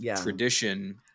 tradition